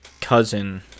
cousin